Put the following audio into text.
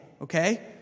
okay